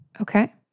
okay